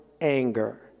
anger